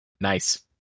Nice